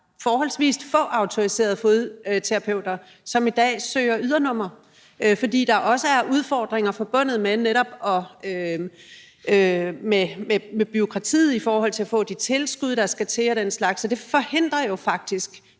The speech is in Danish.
forholdsvis få autoriserede fodterapeuter, som i dag søger ydernummer, fordi der netop også er udfordringer forbundet med bureaukratiet i forhold til at få de tilskud, der skal til, og den slags, og det forhindrer jo faktisk